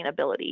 sustainability